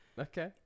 Okay